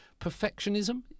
Perfectionism